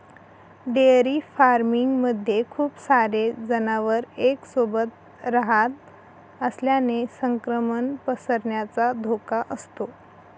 dairy farming मध्ये खूप सारे जनावर एक सोबत रहात असल्याने संक्रमण पसरण्याचा धोका असतो